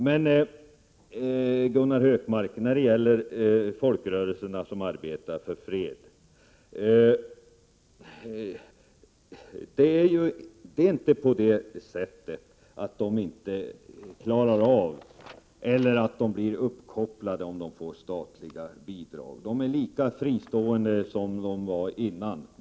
Det är inte på det sättet att folkrörelserna som arbetar för fred inte klarar av eller blir uppbundna om de får statliga bidrag — de är lika fristående då som de var dessförinnan.